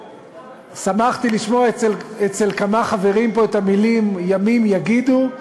שמחתי לשמוע אצל כמה חברים פה את המילים ימים יגידו,